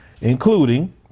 including